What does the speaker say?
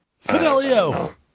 Fidelio